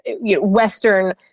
Western